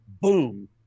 Boom